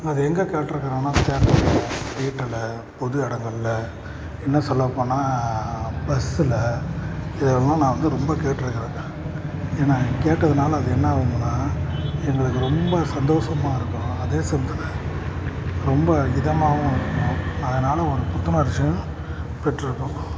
அது எங்கே கேட்டுருக்குறேனா தேட்டரில் வீட்டில் பொது இடங்கள்ல இன்னும் சொல்லப்போனால் பஸ்ஸில் இதெல்லாம் நான் வந்து ரொம்ப கேட்டிருக்குறேன் ஏன்னா கேட்டதுனால் அது என்ன ஆகும்னா எங்களுக்கு ரொம்ப சந்தோஷமாருக்கும் அதே சமயத்தில் ரொம்ப இதமாகவும் இருக்கும் அதனால் ஒரு புத்துணர்ச்சியும் பெற்றிருக்கும்